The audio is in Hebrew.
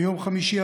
ביום חמישי,